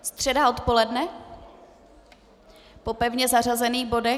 Středa odpoledne po pevně zařazených bodech?